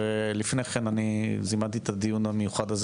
ולפני כן אני זימנתי את הדיון המיוחד הזה